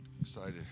Excited